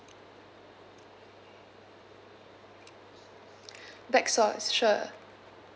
black sauce sure